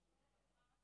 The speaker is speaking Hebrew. קארה.